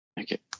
okay